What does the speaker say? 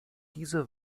diese